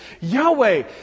Yahweh